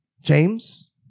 James